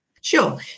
Sure